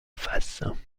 faces